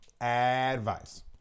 Advice